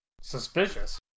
Suspicious